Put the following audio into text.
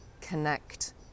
connect